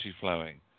flowing